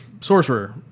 sorcerer